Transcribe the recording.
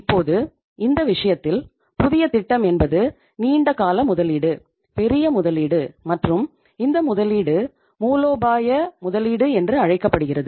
இப்போது இந்த விஷயத்தில் புதிய திட்டம் என்பது நீண்ட கால முதலீடு பெரிய முதலீடு மற்றும் இந்த முதலீடு மூலோபாய முதலீடு என்றும் அழைக்கப்படுகிறது